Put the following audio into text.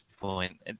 point